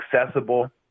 accessible